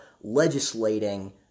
legislating